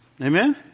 Amen